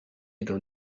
dans